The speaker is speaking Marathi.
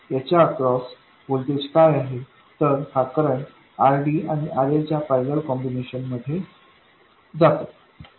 याच्या अक्रॉस व्होल्टेज काय आहे तर हा करंट RDआणि RLच्या पैरलेल कॉम्बिनेशन मध्ये जाते